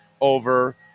over